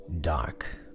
dark